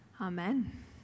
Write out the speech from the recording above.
Amen